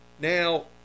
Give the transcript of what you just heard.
Now